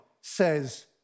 says